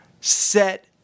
set